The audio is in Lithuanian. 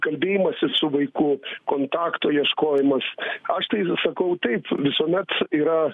kalbėjimasis su vaiku kontakto ieškojimas aš tai sakau taip visuomet yra